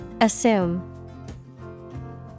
Assume